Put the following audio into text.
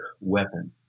weapon